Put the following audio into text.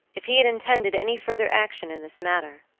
if he had intended any further action in this matter,